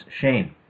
Shane